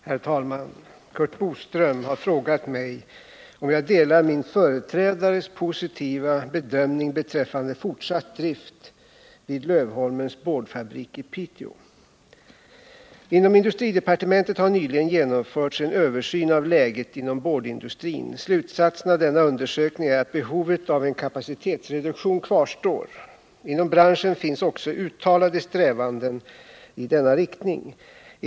Herr talman! Curt Boström har frågat mig om jag delar min företrädares positiva bedömning beträffande fortsatt drift vid Lövholmens boardfabrik i Piteå. Inom industridepartementet har nyligen genomförts en översyn av läget inom boardindustrin. Slutsatsen av denna undersökning är att behovet av en kapacitetsreduktion kvarstår. Inom branschen finns också uttalade strävanden i denna riktning.